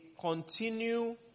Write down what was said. continue